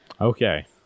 okay